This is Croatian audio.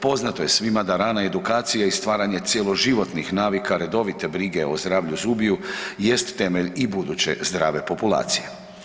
Poznato je svima da rana edukacija i stvaranje cjeloživotnih navika, redovite brige o zdravlju zubiju jest temelj i buduće zdrave populacije.